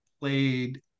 played